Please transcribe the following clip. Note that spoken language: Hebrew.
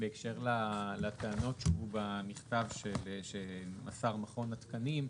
בהקשר לטענות שהובאו במכתב שמסר מכון התקנים.